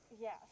yes